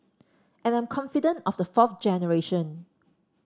and I'm confident of the fourth generation